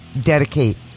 dedicate